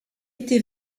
été